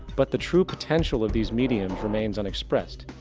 but the true potential of these mediums remains unexpressed.